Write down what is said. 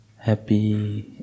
happy